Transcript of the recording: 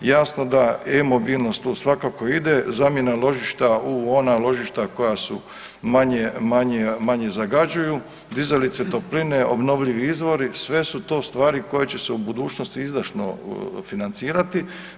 Jasno da eMobilnost tu svakako ide, zamjena ložišta u ona ložišta koja su manje zagađuju, dizalice topline obnovljivi izvori sve su to stvari koje će se u budućnosti izdašno financirati.